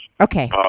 Okay